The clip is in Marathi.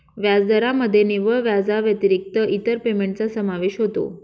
व्याजदरामध्ये निव्वळ व्याजाव्यतिरिक्त इतर पेमेंटचा समावेश होतो